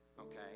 Okay